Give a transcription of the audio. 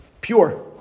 pure